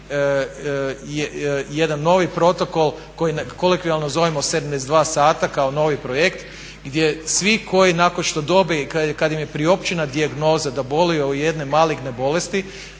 jedan novi protokol koji kolokvijalno zovemo 72 sata kao novi projekt gdje svi koji nakon što dobe kada im je priopćena dijagnoza da boluju od jedne maligne bolesti